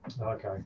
Okay